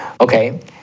Okay